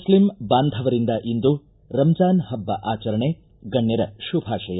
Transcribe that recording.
Muslim ಬಾಂಧವರಿಂದ ಇಂದು ರಂಜಾನ್ ಹಬ್ಬ ಆಚರಣೆ ಗಣ್ಣರ ಶುಭಾಶಯ